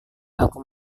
aku